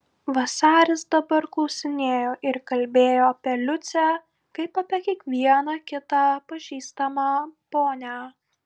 vasaris dabar klausinėjo ir kalbėjo apie liucę kaip apie kiekvieną kitą pažįstamą ponią